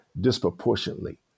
disproportionately